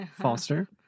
Foster